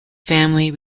family